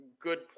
good